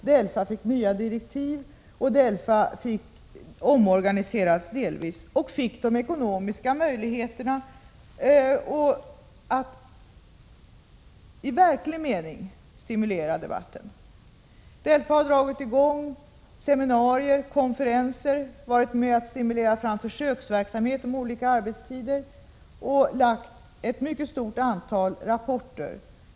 DELFA fick nya direktiv, omorganiserades delvis och fick de ekonomiska möjligheterna att i verklig mening stimulera debatten. DELFA har dragit i gång seminarier och konferenser, stimulerat fram försöksverksamhet med olika arbetstider och lagt fram ett mycket stort antal rapporter.